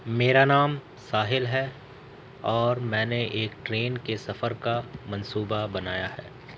میرا نام ساحل ہے اور میں نے ایک ٹرین کے سفر کا منصوبہ بنایا ہے